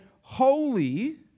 holy